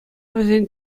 вӗсен